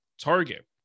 target